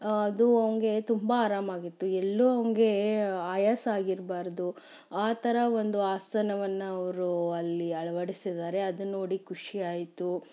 ಅದು ಅವನಿಗೆ ತುಂಬ ಆರಾಮಾಗಿತ್ತು ಎಲ್ಲೂ ಅವನಿಗೆ ಆಯಾಸ ಆಗಿರಬಾರ್ದು ಆ ಥರ ಒಂದು ಆಸನವನ್ನು ಅವರು ಅಲ್ಲಿ ಅಳವಡಿಸಿದ್ದಾರೆ ಅದು ನೋಡಿ ಖುಷಿ ಆಯಿತು